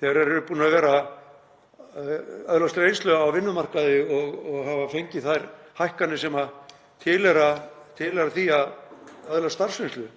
þegar þeir eru búnir að öðlast reynslu á vinnumarkaði og hafa fengið þær hækkanir sem tilheyra því að öðlast starfsreynslu.